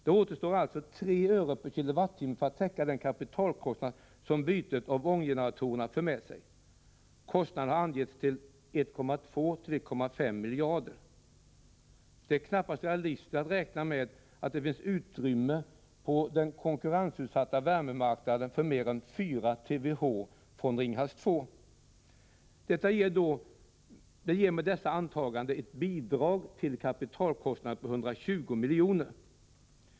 Det återstår alltså ca 3 öre/kWh för att täcka den kapitalkostnad som bytet av ånggeneratorerna för med sig. Kostnaden har angetts till 1,2-1,5 miljarder. Det är knappast realistiskt att räkna med att det finns utrymme på den konkurrensutsatta värmemarknaden för mer än 4 TWh från Ringhals 2. Det ger med detta antagande ett bidrag till kapitalkostnaderna på 120 miljoner.